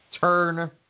turn